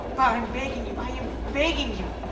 i'm begging you. i am begging you.